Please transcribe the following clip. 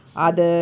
she's